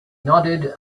nodded